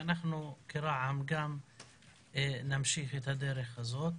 ואנחנו כרע"מ גם נמשיך את הדרך הזאת.